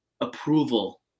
approval